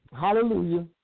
Hallelujah